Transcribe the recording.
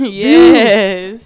yes